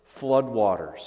floodwaters